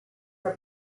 for